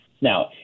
Now